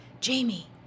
Jamie